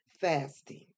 Fasting